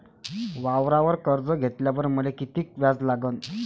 वावरावर कर्ज घेतल्यावर मले कितीक व्याज लागन?